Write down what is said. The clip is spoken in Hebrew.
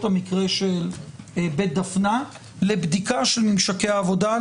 המקרה של בית דפנה לבדיקה של ממשקי העבודה.